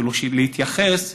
כאילו להתייחס,